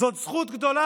זאת זכות גדולה,